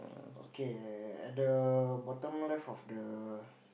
okay and the bottom left of the